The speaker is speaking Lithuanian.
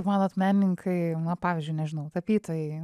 manot menininkai na pavyzdžiui nežinau tapytojai